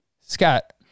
Scott